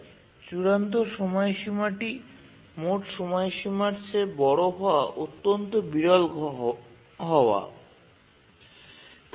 সাধারনত চূড়ান্ত সময়সীমাটি মোট সময়সীমার চেয়ে বেশি হয় না